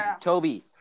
Toby